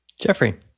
Jeffrey